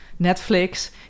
Netflix